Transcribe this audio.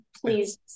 please